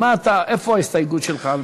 מה ההסתייגות שלך?